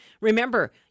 Remember